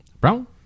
Brown